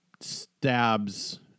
stabs